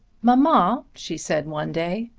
mamma, she said one day,